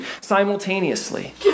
simultaneously